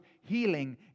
healing